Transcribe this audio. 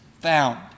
found